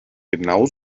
genau